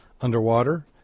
underwater